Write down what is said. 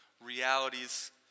realities